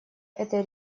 этой